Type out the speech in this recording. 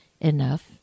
enough